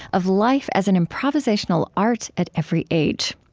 of life as an improvisational art at every age.